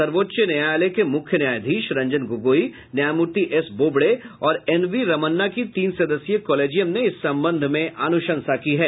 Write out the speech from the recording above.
सर्वोच्च न्यायालय के मूख्य न्यायाधीश रंजन गोगोई न्यायमूर्ति एस बोबड़े और एन वी रमन्ना की तीन सदस्यीय कॉलेजियम ने इस संबंध में अनुशंसा की है